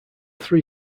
three